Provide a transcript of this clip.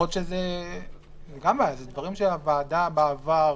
זה דברים שהועדה בעבר